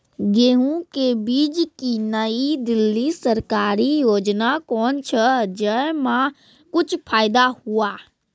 गेहूँ के बीज की नई दिल्ली सरकारी योजना कोन छ जय मां कुछ फायदा हुआ?